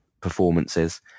performances